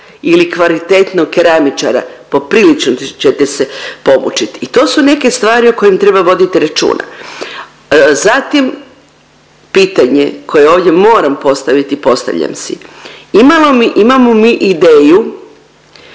ili kvalitetnog keramičara poprilično ćete se pomučiti. I to su neke stvari o kojim treba vodit računa. Zatim pitanje koje ovdje moram postaviti i postavljam si. Imamo mi ideju